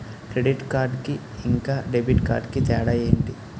Credit card కి ఇంకా debit card కి తేడా ఏంటి?